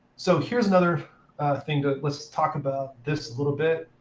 so here's another thing. let's talk about this a little bit.